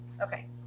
Okay